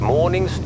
Morning